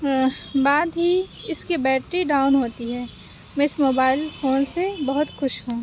بعد ہی اِس کی بیٹری ڈاؤن ہوتی ہے میں اِس موبائل فون سے بہت خوش ہوں